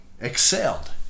Excelled